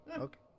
okay